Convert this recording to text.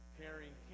carrying